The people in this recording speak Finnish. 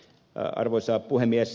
arvoisa puhemies